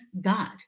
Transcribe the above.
god